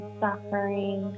suffering